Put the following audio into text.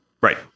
Right